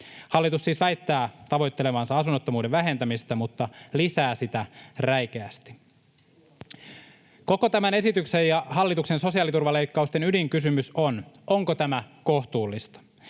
Hallitus siis väittää tavoittelevansa asunnottomuuden vähentämistä mutta lisää sitä räikeästi. Koko tämän esityksen ja hallituksen sosiaaliturvaleikkausten ydinkysymys on: onko tämä kohtuullista?